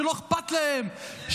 שלא אכפת להם,